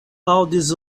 aŭdis